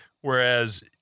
Whereas